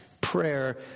prayer